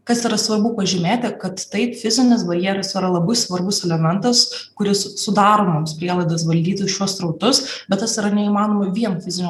kas yra svarbu pažymėti kad taip fizinis barjeras yra labai svarbus elementas kuris sudaro mums prielaidas valdyti šiuos srautus bet tas yra neįmanoma vien fizinio